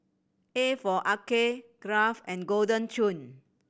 A for Arcade Kraft and Golden Churn